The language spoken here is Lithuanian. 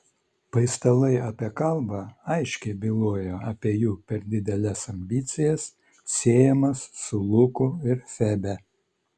paistalai apie kalbą aiškiai byloja apie jų per dideles ambicijas siejamas su luku ir febe